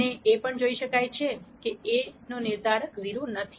અને એ પણ જોઈ શકાય છે કે A નો નિર્ધારક 0 નથી